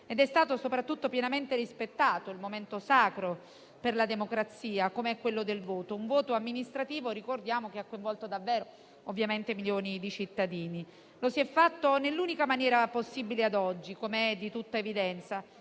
Ed è stato soprattutto pienamente rispettato un momento sacro per la democrazia, come quello del voto; un voto amministrativo che ha coinvolto davvero milioni di cittadini. E lo si è fatto nell'unica maniera possibile ad oggi, come è di tutta evidenza: